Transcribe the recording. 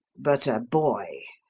but a boy.